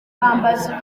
bambaza